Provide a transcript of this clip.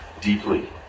deeply